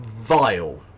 vile